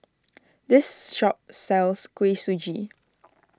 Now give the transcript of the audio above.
this shop sells Kuih Suji